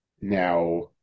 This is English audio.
now